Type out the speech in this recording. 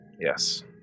Yes